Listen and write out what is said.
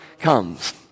comes